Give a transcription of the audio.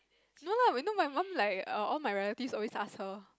no lah we know my mum like err all my relatives always ask her